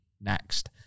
next